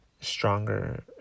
stronger